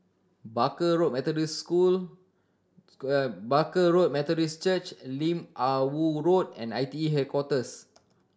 Barker Road Methodist School Barker Road Methodist Church Lim Ah Woo Road and I T E Headquarters